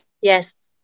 Yes